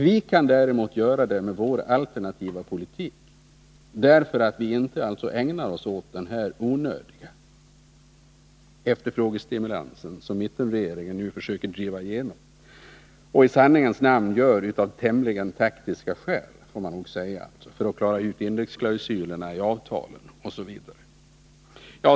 Vi kan däremot göra det med vår alternativa politik, eftersom vi inte ägnar oss åt den här onödiga efterfrågestimulansen som mittenregeringen nu försöker driva igenom. I sanningens namn gör man det av tämligen taktiska skäl, dvs. för att klara indexklausulerna i avtalen OSV.